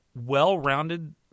well-rounded